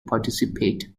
participate